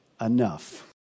Enough